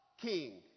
king